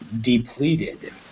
depleted